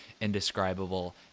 indescribable